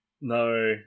no